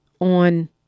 on